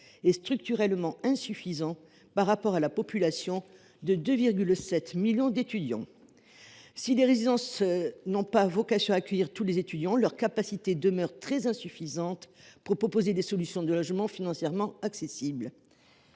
est structurellement insuffisante par rapport à la population concernée : 2,7 millions de personnes. Certes, les résidences n’ont pas vocation à accueillir tous les étudiants, mais leur capacité demeure très insuffisante pour proposer des solutions de logement financièrement accessibles.